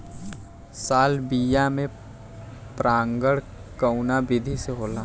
Salvia में परागण कउना विधि से होला?